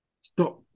stop